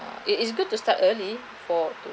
uh it is good to start early for to